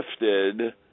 lifted